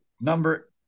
number